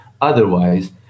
Otherwise